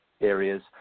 areas